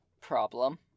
problem